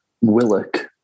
Willock